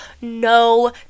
no